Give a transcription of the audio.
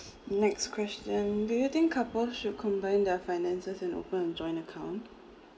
next question do you think couple should combine their finances and opened a joint account